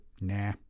Nah